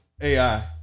AI